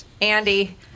andy